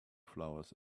flowers